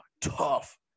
Tough